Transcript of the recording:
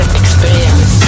experience